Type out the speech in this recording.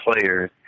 players